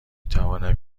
توانم